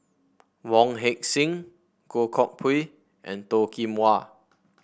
Wong Heck Sing Goh Koh Pui and Toh Kim Hwa